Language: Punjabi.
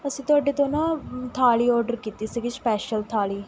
ਅਸੀਂ ਤੁਹਾਡੇ ਤੋਂ ਨਾ ਥਾਲ਼ੀ ਔਡਰ ਕੀਤੀ ਸੀਗੀ ਸਪੈਸ਼ਲ ਥਾਲ਼ੀ